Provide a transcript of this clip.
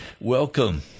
Welcome